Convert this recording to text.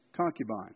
concubine